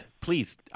Please